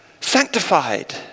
sanctified